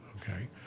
Okay